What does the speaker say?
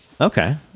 Okay